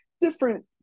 different